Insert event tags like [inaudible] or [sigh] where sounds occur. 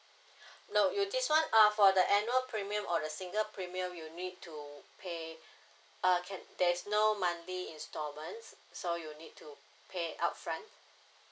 [breath] no you this one uh for the annual premium or the single premium you need to pay [breath] uh can there is monthly installment so you need to pay upfront